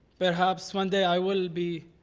perhaps one day i will be